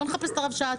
בואו נחפש את הרבש"צ.